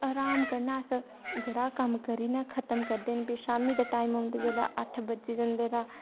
अराम कन्नै अस जेह्ड़ा कम्म करी नै खत्म करदे प्ही शामी दे टाइम जेल्लै अट्ठ बज्जी जंदे तां